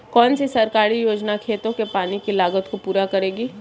कौन सी सरकारी योजना खेतों के पानी की लागत को पूरा करेगी?